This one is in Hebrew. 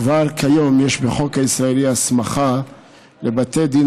כבר כיום יש בחוק הישראלי הסמכה לבית הדין